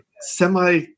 semi